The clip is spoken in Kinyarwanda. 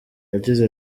yagize